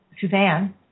Suzanne